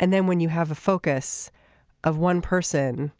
and then when you have a focus of one person